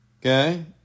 Okay